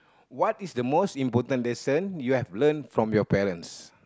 what is the most important lesson you have learnt from your parents